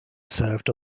served